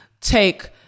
take